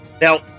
Now